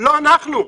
לא אנחנו.